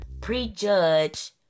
prejudge